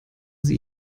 sie